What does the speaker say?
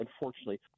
unfortunately